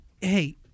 Hey